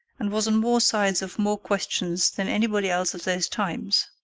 and was on more sides of more questions than anybody else of those times.